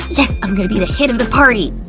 yes! i'm gonna be the hit of the party!